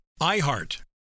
IHEART